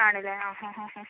ആണല്ലെ ആ ഹാ ഹാ ഹാ